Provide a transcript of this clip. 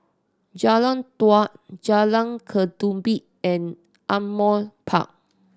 Jalan Daud Jalan Ketumbit and Ardmore Park